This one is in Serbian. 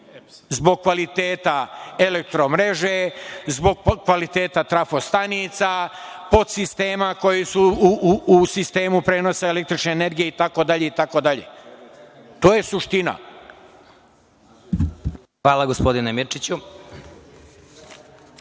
zbog kvaliteta elektromreže, zbog podkvaliteta trafo stanica, podsistema koji su u sistemu prenosa električne energije itd. To je suština. **Vladimir